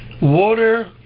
water